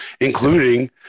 including